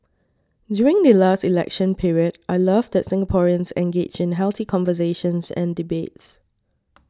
during the last election period I love that Singaporeans engage in healthy conversations and debates